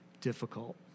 difficult